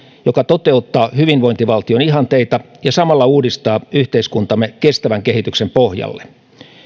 joka toteuttaa hyvinvointivaltion ihanteita ja samalla uudistaa yhteiskuntamme kestävän kehityksen pohjalle